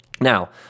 Now